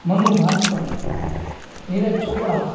Manu Bhaker Neeraj Chopra